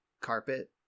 carpet